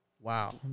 wow